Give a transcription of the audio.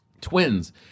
twins